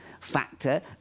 factor